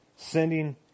Sending